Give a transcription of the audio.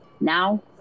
Now